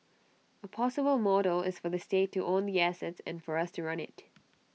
A possible model is for the state to own the assets and for us to run IT